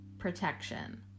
protection